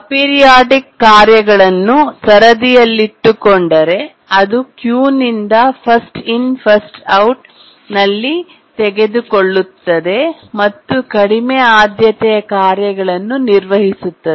aperiodic ಕಾರ್ಯಗಳನ್ನು ಸರದಿಯಲ್ಲಿಟ್ಟುಕೊಂಡರೆ ಅದು ಕ್ಯೂನಿಂದ ಫಸ್ಟ್ ಇನ್ ಫಸ್ಟ್ ಔಟ್ ನಲ್ಲಿ ತೆಗೆದುಕೊಳ್ಳುತ್ತದೆ ಮತ್ತು ಕಡಿಮೆ ಆದ್ಯತೆಯ ಕಾರ್ಯಗಳನ್ನು ನಿರ್ವಹಿಸುತ್ತದೆ